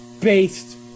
based